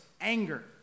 anger